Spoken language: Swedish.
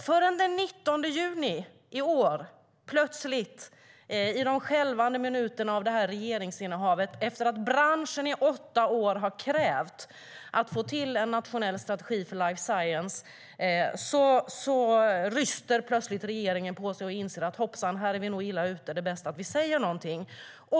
Först den 19 juni i år, plötsligt, i de skälvande minuterna av det här regeringsinnehavet, efter att branschen i åtta år har krävt en nationell strategi för life science, ryster regeringen på sig och inser att man visst är illa ute och att det är bäst att man säger något.